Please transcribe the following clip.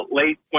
late